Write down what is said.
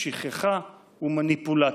שכחה ומניפולציות.